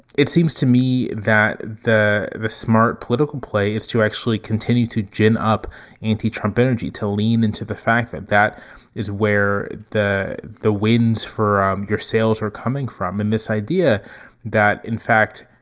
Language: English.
it seems to me that the the smart political play is to actually continue to gin up anti-trump energy, to lean into the fact that that is where the the winds for um your sales are coming from. and this idea that, in fact,